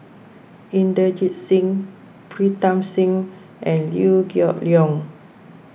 Inderjit Singh Pritam Singh and Liew Geok Leong